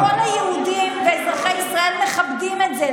אבל כל היהודים ואזרחי ישראל מכבדים את זה.